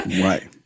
Right